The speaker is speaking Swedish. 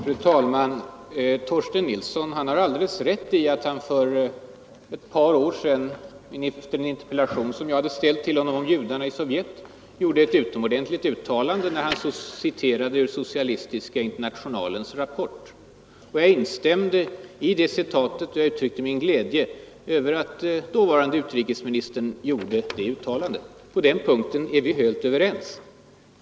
Fru talman! Torsten Nilsson har alldeles rätt i sin beskrivning av ett svar på en interpellation som jag hade ställt till honom om judarna i Sovjet. Han gjorde i debatten ett utomordentligt uttalande, när han citerade ur Socialistiska internationalens rapport. Jag instämde i detta citat och jag uttryckte min glädje över att dåvarande utrikesministern gjorde det uttalandet. På den punkten är vi helt överens.